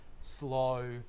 slow